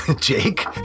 Jake